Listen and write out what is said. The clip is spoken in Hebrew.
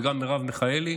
וגם מרב מיכאלי.